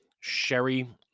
sherry